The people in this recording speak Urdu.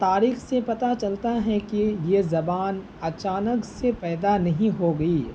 تاریخ سے پتہ چلتا ہے کہ یہ زبان اچانک سے پیدا نہیں ہو گئی